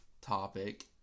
topic